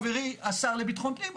חברי השר לביטחון הפנים,